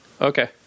okay